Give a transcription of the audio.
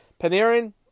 Panarin